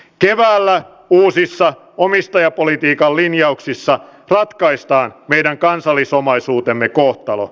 keväällä uusissa omistajapolitiikan linjauksissa ratkaistaan meidän kansallisomaisuutemme kohtalo